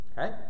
Okay